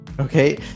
Okay